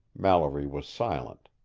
mallory was silent.